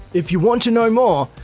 if you want to know more,